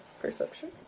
perception